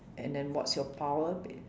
and then what's your power